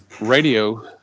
radio